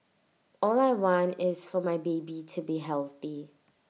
all I want is for my baby to be healthy